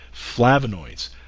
flavonoids